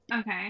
Okay